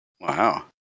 wow